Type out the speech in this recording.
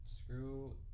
Screw